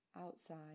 outside